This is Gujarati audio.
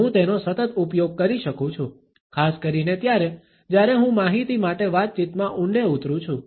હું તેનો સતત ઉપયોગ કરી શકું છું ખાસ કરીને ત્યારે જ્યારે હું માહિતી માટે વાતચીતમાં ઊંડે ઉતરૂ છું